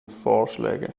vorschläge